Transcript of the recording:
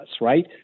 right